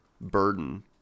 burden